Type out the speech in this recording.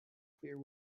clear